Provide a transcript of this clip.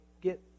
get